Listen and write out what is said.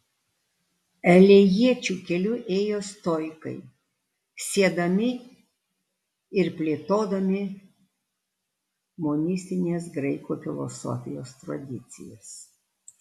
elėjiečių keliu ėjo stoikai siedami ir plėtodami monistinės graikų filosofijos tradicijas